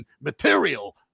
material